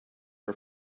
are